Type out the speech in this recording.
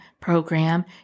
program